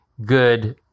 good